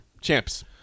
champs